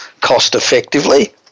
cost-effectively